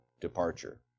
departure